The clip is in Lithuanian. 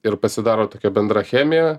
ir pasidaro tokia bendra chemija